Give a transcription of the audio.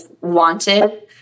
wanted